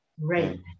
Right